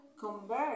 convert